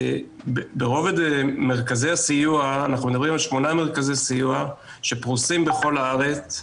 ברובד מרכזי הסיוע אנחנו מדברים על שמונה מרכזי סיוע שפרושים בכל הארץ,